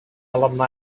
alumni